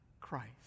Christ